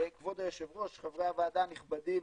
כבוד היושב ראש וחברי הוועדה הנכבדים,